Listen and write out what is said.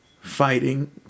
fighting